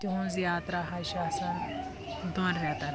تِہُنٛز یاترٛا حظ چھ آسان دۄن رٮ۪تَن